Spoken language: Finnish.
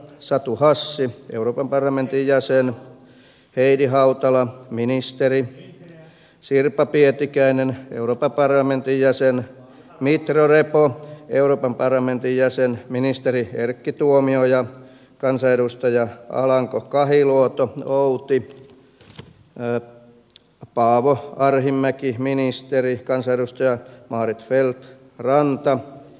satu hassi euroopan parlamentin jäsen heidi hautala ministeri sirpa pietikäinen euroopan parlamentin jäsen mitro repo euroopan parlamentin jäsen ministeri erkki tuomioja kansanedustaja alanko kahiluoto outi paavo arhinmäki ministeri kansanedustaja maarit feldt ranta